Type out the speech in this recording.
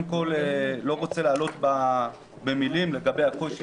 אני לא רוצה להלאות במילים לגבי הקושי